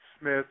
Smith